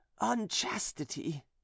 Unchastity